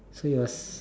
so it was